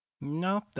No